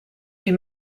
few